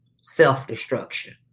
self-destruction